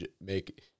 make